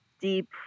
deep